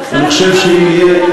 אני חושב שיהיה,